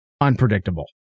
unpredictable